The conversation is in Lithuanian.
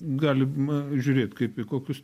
galima žiūrėt kaip į kokius